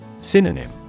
Synonym